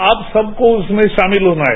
आप सबको उसमें शामिल होना है